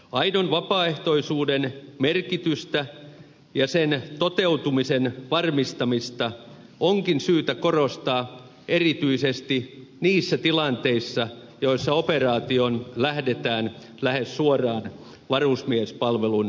aidon vapaaehtoisuuden merkitystä ja sen toteutumisen varmistamista onkin syytä korostaa erityisesti niissä tilanteissa joissa operaatioon lähdetään lähes suoraan varusmiespalvelun päätyttyä